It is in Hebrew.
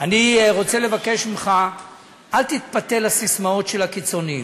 של 40 חתימות ואתה צריך להקשיב לחברי הכנסת.